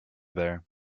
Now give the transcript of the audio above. there